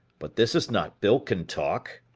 but this is not bilken talk.